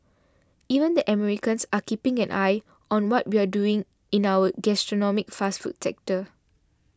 even the Americans are keeping an eye on what we're doing in our gastronomic fast food sector